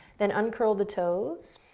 then uncurl the toes,